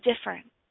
different